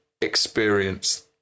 experience